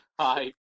hi